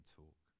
talk